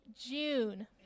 June